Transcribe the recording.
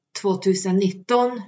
2019